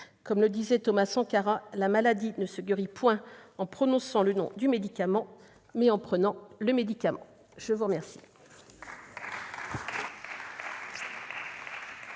Comme le disait Thomas Sankara, « la maladie ne se guérit point en prononçant le nom du médicament, mais en prenant le médicament »! Très bien